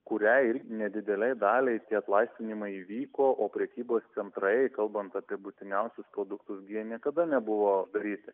kuriai nedidelei daliai tie atlaisvinimai įvyko o prekybos centrai kalbant apie būtiniausius produktus jie niekada nebuvo daryti